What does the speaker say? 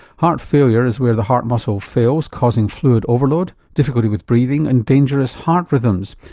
heart failure is where the heart muscle fails, causing fluid overload, difficulty with breathing and dangerous heart rhythms.